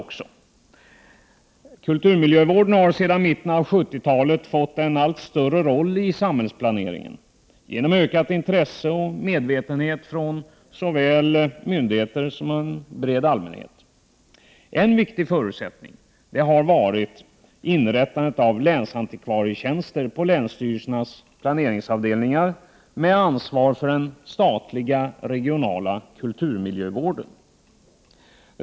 Till följd av ett ökat intresse och en ökad medvetenhet hos såväl myndigheter som en bred allmänhet har kulturmiljövården sedan mitten av 1970-talet fått en allt större betydelse i samhällsplaneringen. En viktig förutsättning har varit inrättandet av länsantikvarietjänster på länsstyrelsernas planeringsavdelningar. Länsantikvarierna ansvarar för den statliga och regionala kulturmiljövården.